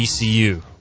ECU